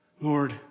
Lord